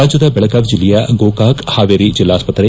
ರಾಜ್ಯದ ಬೆಳಗಾವಿ ಜಿಲ್ಲೆಯ ಗೋಕಾಕ್ ಹಾವೇರಿ ಜಿಲ್ಲಾಸ್ವತ್ರೆ